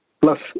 plus